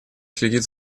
следит